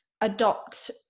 adopt